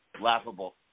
Laughable